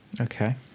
Okay